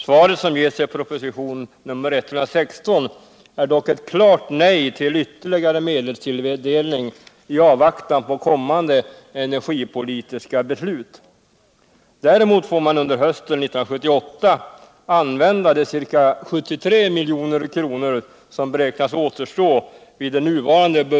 Svaret som ges i propositionen 116 är dock i avvaktan på kommande energipolitiska beslut ett klart nej till vuerligare medelstilldelning.